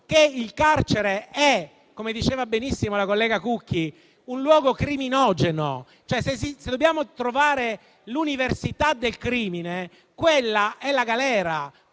che il carcere - come diceva benissimo la collega Cucchi - è un luogo criminogeno, cioè se dobbiamo trovare l'università del crimine quella è la galera.